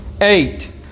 Eight